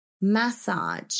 massage